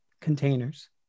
containers